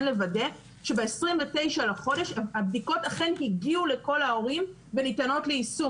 לוודא שב-29 לחודש הבדיקות אכן הגיעו לכל ההורים וניתנות ליישום.